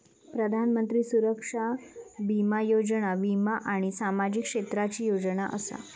प्रधानमंत्री सुरक्षा बीमा योजना वीमा आणि सामाजिक क्षेत्राची योजना असा